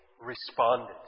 responded